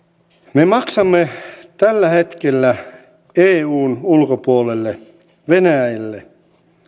me maksamme tällä hetkellä eun ulkopuolelle venäjälle